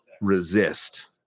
resist